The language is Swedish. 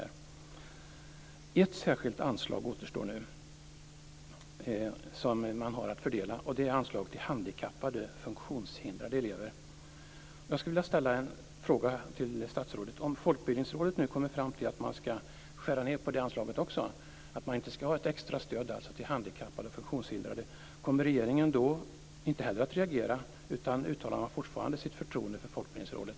Det återstår nu ett särskilt anslag att fördela, nämligen anslaget till handikappade, funktionshindrade, elever. Jag vill ställa en fråga till statsrådet: Om Folkbildningsrådet kommer fram till att även det anslaget skall skäras ned - inget extra stöd till handikappade och funktionshindrade - kommer regeringen att inte heller då reagera och fortfarande uttala sitt förtroende för Folkbildningsrådet?